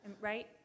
Right